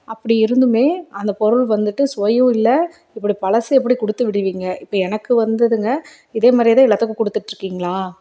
அப்படி இருந்துமே அந்த பொருள் வந்துட்டு சுவையும் இல்லை இப்படி பழசு எப்படி கொடுத்து விடுவீங்க இப்போ எனக்கு வந்ததுங்க இதே மாதிரியே தான் எல்லாத்துக்கும் கொடுத்துட்ருக்கீங்களா